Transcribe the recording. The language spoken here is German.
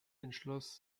entschloss